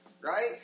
right